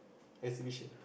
exhibition